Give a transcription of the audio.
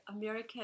American